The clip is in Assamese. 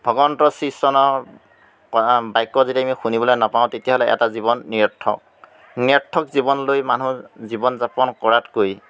ভগৱন্তৰ শ্ৰীচৰণৰ বাক্য যদি আমি শুনিবলৈ নাপাওঁ তেতিয়াহ'লে এটা জীৱন নিৰৰ্থক নিৰৰ্থক জীৱনলৈ মানুহ জীৱন যাপন কৰাতকৈ